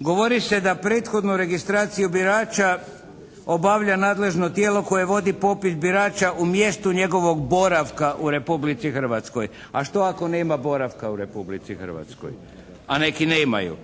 govori se da prethodnu registraciju birača obavlja nadležno tijelo koje vodi popis birača u mjestu njegovog boravka u Republici Hrvatskoj. A što ako nema boravka u Republici Hrvatskoj? A neki nemaju.